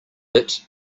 bit